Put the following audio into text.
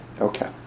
Okay